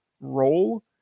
role